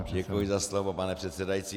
Děkuji za slovo, pane předsedající.